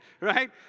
right